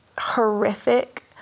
horrific